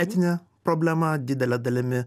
etinė problema didele dalimi